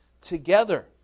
together